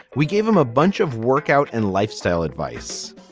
we gave him a bunch of workout and lifestyle advice.